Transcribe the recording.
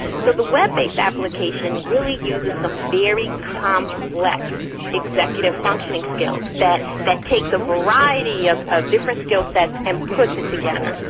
so the web-based application really uses some very complex executive functioning skills that that take the variety of of different skillsets and puts it together.